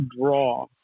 draw